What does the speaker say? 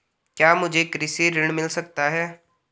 क्या मुझे कृषि ऋण मिल सकता है?